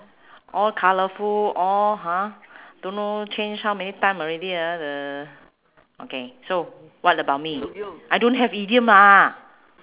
all colourful all ha don't know change how many time already ah the okay so what about me I don't have idiom ah